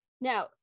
now